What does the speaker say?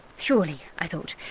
surely, i thought,